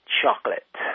chocolate